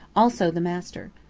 also the master.